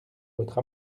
votre